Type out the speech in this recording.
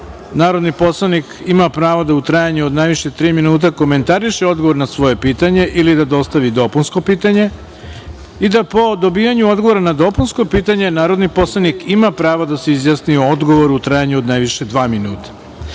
narodni poslanik ima pravo da u trajanju od najviše tri minuta komentariše odgovor na svoje pitanje ili da postavi dopunsko pitanje i da po dobijanju odgovora na dopunsko pitanje narodni poslanik ima prava da se izjasni o odgovoru u trajanju od najviše dva minuta. Tokom